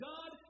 God